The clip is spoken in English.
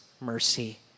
mercy